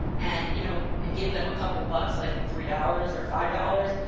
and you know give them a couple bucks like three dollars or five dollars.